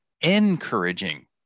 encouraging